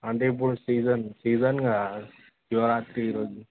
అంటే ఇప్పుడు season season కదా శివరాత్రి ఈరోజు